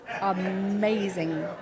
amazing